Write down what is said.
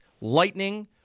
Lightning